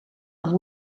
amb